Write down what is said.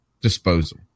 disposal